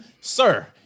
sir